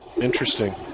Interesting